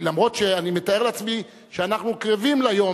למרות שאני מתאר לעצמי שאנחנו קרבים ליום